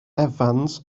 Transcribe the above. evans